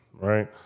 Right